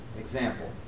Example